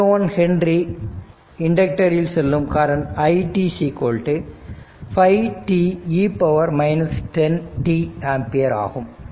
01 henry இண்டக்டர்ல் செல்லும் current i 5t e 10t ampere ஆகும்